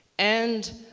and